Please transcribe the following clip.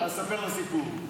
אספר לך סיפור.